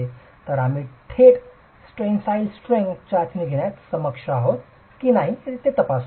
तर आम्ही थेट टेनसाईल स्ट्रेंग्थ चाचणी घेण्यास सक्षम आहोत की नाही हे तपासू